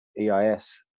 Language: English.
EIS